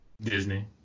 Disney